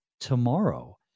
tomorrow